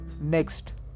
Next